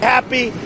Happy